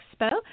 Expo